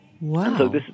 Wow